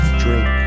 drink